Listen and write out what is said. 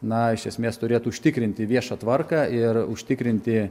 na iš esmės turėtų užtikrinti viešą tvarką ir užtikrinti